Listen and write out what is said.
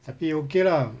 tapi okay lah